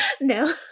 No